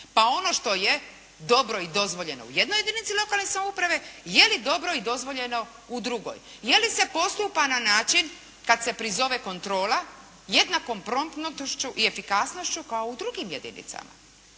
Pa ono što je dobro i dozvoljeno u jednoj jedinici lokalne samouprave, je li dobro i dozvoljeno u drugoj? Je li se postupa na način kad se prizove kontrola, jednakom promptnošću i efikasnošću kao u drugim jedinicama.